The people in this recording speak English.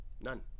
None